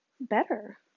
better